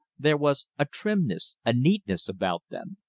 there was a trimness, a neatness, about them.